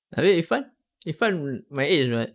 habis irfan irfan my age [what]